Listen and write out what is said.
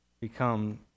become